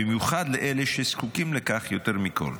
במיוחד לאלה שזקוקים לכך יותר מכול.